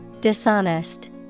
Dishonest